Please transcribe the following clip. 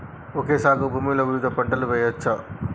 Okay సాగు భూమిలో వివిధ పంటలు వెయ్యచ్చా?